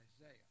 Isaiah